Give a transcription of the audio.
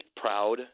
proud